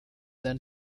then